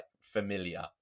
familiar